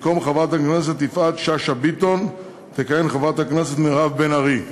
במקום חברת הכנסת יפעת שאשא ביטון תכהן חברת הכנסת מירב בן ארי.